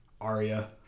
Arya